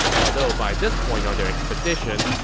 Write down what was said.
although by this point on their expedition,